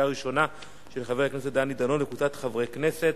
של חבר הכנסת דני דנון וקבוצת חברי כנסת.